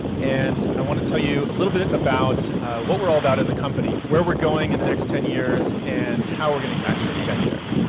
and i wanna tell you a little bit about what we're all about as a company. where we're going in the next ten years and how we're gonna actually get there.